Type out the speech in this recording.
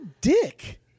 dick